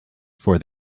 for